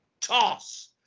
Toss